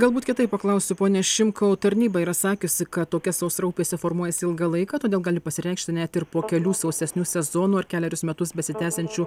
galbūt kitaip paklausiu pone šimkau tarnyba yra sakiusi kad tokia sausra upėse formuojasi ilgą laiką todėl gali pasireikšti net ir po kelių sausesnių sezonų ar kelerius metus besitęsiančių